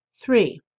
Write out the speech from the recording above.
Three